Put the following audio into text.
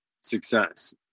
success